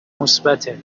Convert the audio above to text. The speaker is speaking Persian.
مثبته